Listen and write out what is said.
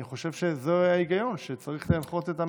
אני חושב שזה ההיגיון שצריך להנחות את המשרד.